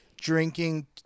Drinking